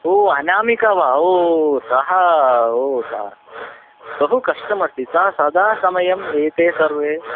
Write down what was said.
ओ अनामिका वा ओ सः ओ सा बहु कष्टमस्ति सा सदा समयम् एते सर्वे